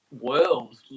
world